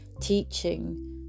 teaching